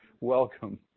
welcome